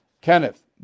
Kenneth